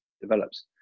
develops